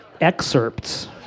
excerpts